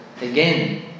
Again